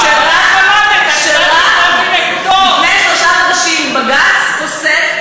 ורק לפני שלושה חודשים בג"ץ פסק,